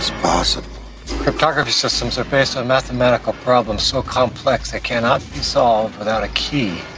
possible cryptography systems are based on mathematical problems so complex that cannot be solved without a key.